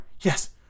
yes